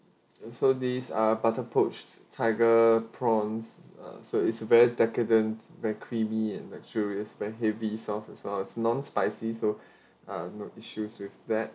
and so these are butter poached tiger prawns uh so it's very decadent very creamy and luxurious very heavy sauce as well it's non spicy so ah no issues with that